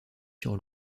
sur